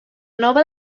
nova